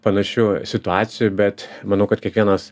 panašių situacijų bet manau kad kiekvienas